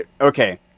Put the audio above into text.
Okay